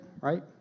right